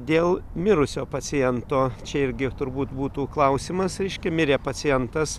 dėl mirusio paciento čia irgi turbūt būtų klausimas reiškia mirė pacientas